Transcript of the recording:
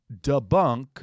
debunk